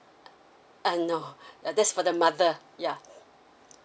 uh no that's for the mother yeah